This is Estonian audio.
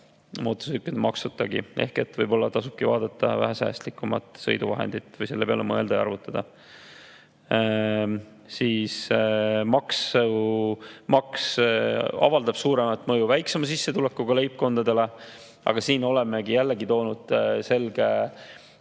ilma selle maksuta. Võib-olla tasubki vaadata vähe säästlikumat sõiduvahendit või selle peale mõelda ja arvutada. Maks avaldab suuremat mõju väiksema sissetulekuga leibkondadele, aga selleks oleme jällegi [teinud] selge